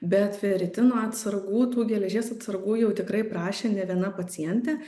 bet feritino atsargų tų geležies atsargų jau tikrai prašė ne viena pacientė